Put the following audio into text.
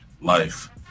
Life